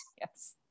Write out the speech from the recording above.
Yes